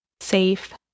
safe